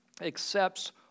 accepts